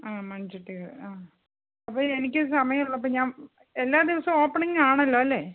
ആ മൺചട്ടികൾ ആ അപ്പം എനിക്ക് സമയം ഉള്ളപ്പം ഞാൻ എല്ലാ ദിവസോം ഓപ്പണിങാണല്ലോ അല്ലേ